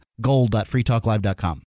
gold.freetalklive.com